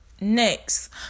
Next